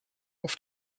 auf